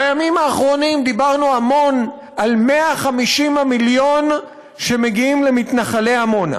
בימים האחרונים דיברנו המון על 150 המיליון שמגיעים למתנחלי עמונה,